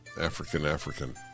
African-African